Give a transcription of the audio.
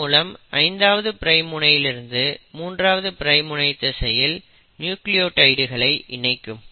இதன் மூலம் 5ஆவது பிரைம் முனையிலிருந்து 3ஆவது பிரைம் முனை திசையில் நியூக்ளியோடைட்களை இணைக்கும்